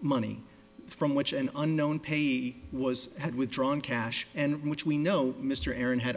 money from which an unknown pay was at withdrawn cash and which we know mr aaron had